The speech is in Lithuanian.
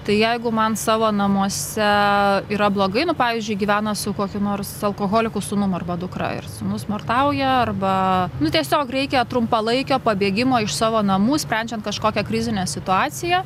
tai jeigu man savo namuose yra blogai pavyzdžiui gyvena su kokiu nors alkoholiku sūnum arba dukra ir sūnus smurtauja arba nu tiesiog reikia trumpalaikio pabėgimo iš savo namų sprendžiant kažkokią krizinę situaciją